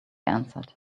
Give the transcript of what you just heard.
answered